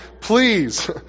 please